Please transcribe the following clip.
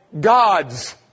God's